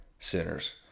sinners